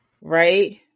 right